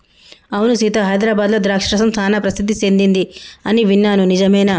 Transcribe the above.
అవును సీత హైదరాబాద్లో ద్రాక్ష రసం సానా ప్రసిద్ధి సెదింది అని విన్నాను నిజమేనా